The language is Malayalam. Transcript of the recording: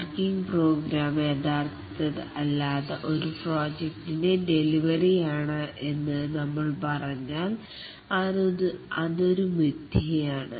വർക്കിംഗ് പ്രോഗ്രാം യഥാർത്ഥത്തിൽ അല്ലാത്ത ഒരു പ്രോജക്റ്റിനെ ഡെലിവറി ആണെന്ന് നമ്മൾ പറഞ്ഞാൽ അത് ഒരു മിഥ്യയാണ്